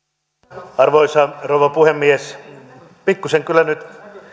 arvoisa rouva puhemies pikkuisen kyllä nyt